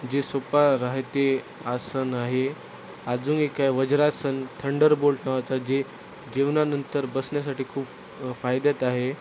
जे सोप्पा राहते आसन आहे अजून एक काय वज्रासन थंडर बोल्ट नावाचा जे जेवणानंतर बसण्यासाठी खूप फायद्यात आहे